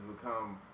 become